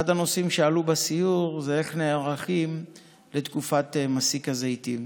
אחד הנושאים שעלו בסיור הוא איך נערכים לתקופת מסיק הזיתים.